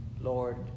Lord